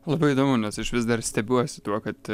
labai įdomu nes aš vis dar stebiuosi tuo kad